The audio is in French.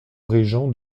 régent